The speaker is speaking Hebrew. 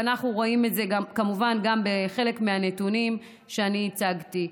ואנחנו רואים את זה כמובן גם בחלק מהנתונים שאני הצגתי.